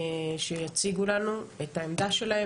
שיציגו לנו את העמדה שלהם.